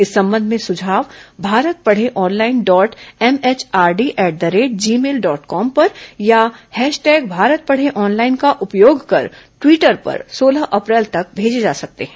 इस संबंध में सुझाव Bharat Padhe online dot MHRD at Gmail dot com पर या हैशटैग भारत पढ़े ऑनलाइन का उपयोग कर टिवटर पर सोलह अप्रैल तक भेजे जा सकते हैं